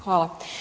Hvala.